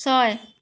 ছয়